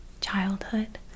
childhood